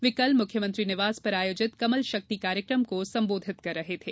वे कल मुख्यमंत्री निवास पर आयोजित कमल शक्ति कार्यक्रम को संबोधित कर रहे थे